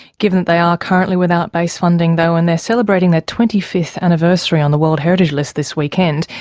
given that they are currently without base funding though and they're celebrating their twenty fifth anniversary on the world heritage list this weekend,